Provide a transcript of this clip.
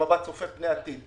במבט צופה פני עתיד.